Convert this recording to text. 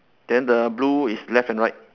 then the blue is left and right